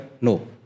No